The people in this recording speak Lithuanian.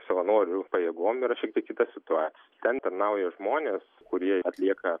savanorių pajėgom yra šiek tiek kita situacija ten tarnauja žmonės kurie atlieka